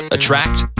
Attract